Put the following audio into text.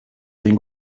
hain